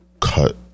Cut